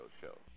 Show